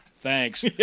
Thanks